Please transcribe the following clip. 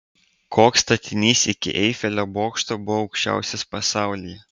koks statinys iki eifelio bokšto buvo aukščiausias pasaulyje